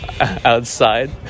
outside